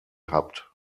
habt